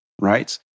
right